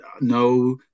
no